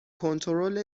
کنترل